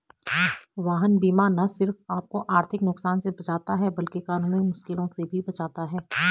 वाहन बीमा न सिर्फ आपको आर्थिक नुकसान से बचाता है, बल्कि कानूनी मुश्किलों से भी बचाता है